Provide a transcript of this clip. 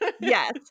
Yes